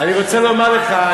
אני רוצה לומר לך,